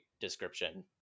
description